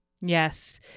Yes